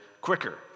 quicker